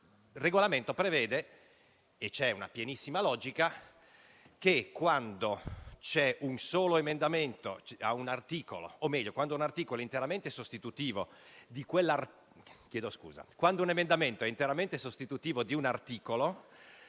Regolamento prevede, con pienissima logica, che, quando un emendamento è interamente sostitutivo di un articolo,